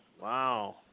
wow